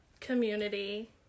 community